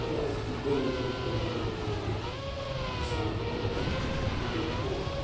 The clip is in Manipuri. ꯊꯕꯛ ꯍꯥꯏꯁꯤꯗꯤ ꯒꯣꯔꯃꯦꯟ ꯊꯕꯛ ꯈꯛꯇꯅ ꯊꯕꯛ ꯈꯛꯇ ꯅꯠꯇꯦ ꯏꯁꯥꯅ ꯍꯣꯠꯅꯕꯒꯤ ꯃꯇꯨꯡꯁꯨ ꯄꯣꯜꯂꯤ